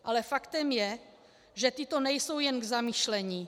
Ale faktem je, že tyto nejsou jen k zamyšlení.